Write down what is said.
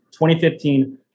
2015